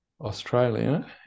Australia